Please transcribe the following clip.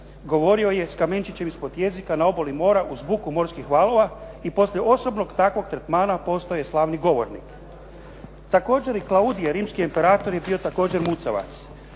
govorio je sa kamenčićem ispod jezika na obali mora uz buku morskih valova. I poslije osobnog takvog tretmana postao je slavni govornik. Također i Klaudije, rimski imperator je bio također mucavac.